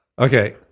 Okay